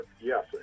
yes